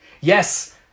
Yes